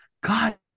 God